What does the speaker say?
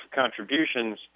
contributions